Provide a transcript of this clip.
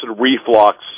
reflux